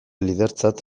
lidertzat